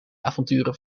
avonturen